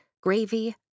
gravy